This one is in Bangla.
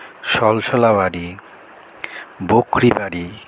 সলসলা বাড়ি বকরি বাড়ি